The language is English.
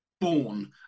born